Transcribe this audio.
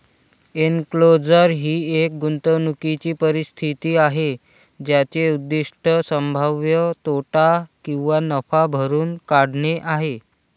enclosure ही एक गुंतवणूकीची परिस्थिती आहे ज्याचे उद्दीष्ट संभाव्य तोटा किंवा नफा भरून काढणे आहे